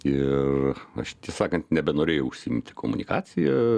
ir aš sakant nebenorėjau užsiimti komunikacija